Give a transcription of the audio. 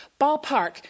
ballpark